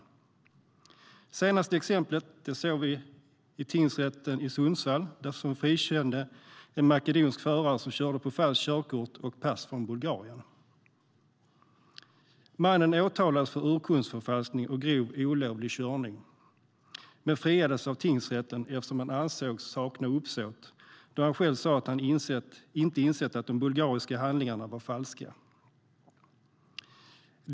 Det senaste exemplet såg vi i tingsrätten i Sundsvall som frikände en makedonsk förare som körde med falskt körkort och med pass från Bulgarien. Mannen åtalades för urkundsförfalskning och grov olovlig körning, men friades av tingsrätten eftersom han ansågs sakna uppsåt då han själv sa att han inte insett att de bulgariska handlingarna var falska.